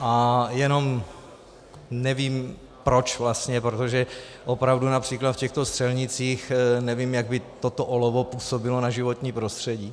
A jenom nevím, proč vlastně, protože opravdu například v těchto střelnicích nevím, jak by toto olovo působilo na životní prostředí.